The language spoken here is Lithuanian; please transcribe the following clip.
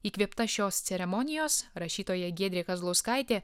įkvėpta šios ceremonijos rašytoja giedrė kazlauskaitė